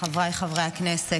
חבריי חברי הכנסת,